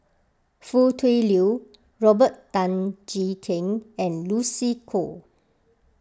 Foo Tui Liew Robert Tan Jee Keng and Lucy Koh